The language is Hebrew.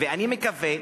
ואני מקווה